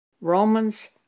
Romans